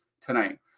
tonight